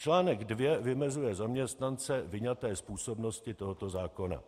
Článek 2 vymezuje zaměstnance vyňaté z působnosti tohoto zákona.